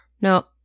No